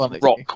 rock